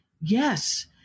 yes